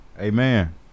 Amen